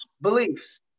beliefs